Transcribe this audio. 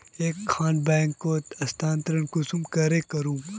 एक खान बैंकोत स्थानंतरण कुंसम करे करूम?